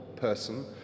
person